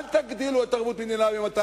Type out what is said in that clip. אל תגדילו את ערבות מדינה ל-200 מיליון,